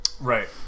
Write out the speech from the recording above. Right